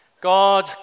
God